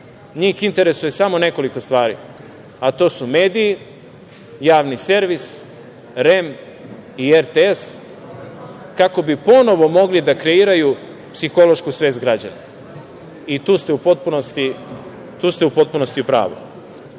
njih interesuje samo nekoliko stvari, a to su mediji, javni servis, REM i RTS, kako bi ponovo mogli da kreiraju psihološku svest građana. I tu ste u potpunosti u pravu. Na